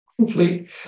complete